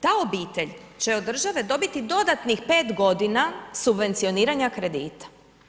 Ta obitelj će od države dobiti dodatnih 5 godina subvencioniranja kredita.